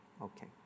Okay